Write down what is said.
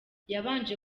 yabanje